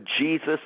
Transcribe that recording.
Jesus